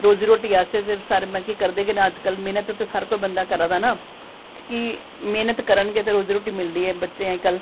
ते रोज़ी रोटी आस्तै ते मतलब करदे गै न अज्जकल मैह्नत ते हर कोई बंदा करा दा ना की मैह्नत करन गे ते रोज़ी रोटी मिलदी ऐ अज्जकल